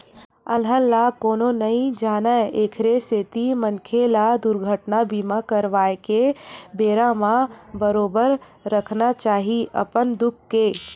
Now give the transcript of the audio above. अलहन ल कोनो नइ जानय एखरे सेती मनखे ल दुरघटना बीमा करवाके बेरा म बरोबर रखना चाही अपन खुद के